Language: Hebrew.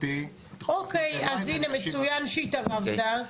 אוקיי, אז הנה מצוין שהתערבת.